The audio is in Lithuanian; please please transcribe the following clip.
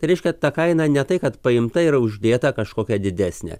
tai reiškia ta kaina ne tai kad paimta yra uždėta kažkokia didesnė